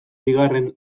bigarren